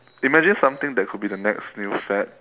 imagine something that could be the next new fad